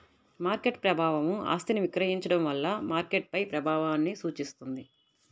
market ప్రభావం ఆస్తిని విక్రయించడం వల్ల మార్కెట్పై ప్రభావాన్ని సూచిస్తుంది